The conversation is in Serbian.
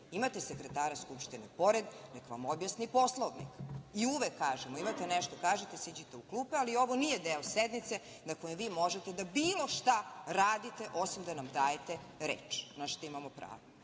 Imate sekretara Skupštine pored, nek vam objasni Poslovnik. Uvek kažemo, ako imate nešto da kažete siđite u klupe, ali ovo nije deo sednice na kojoj vi možete da bilo šta radite, osim da nam dajete reč, na šta imamo pravo.